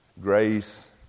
Grace